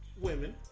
women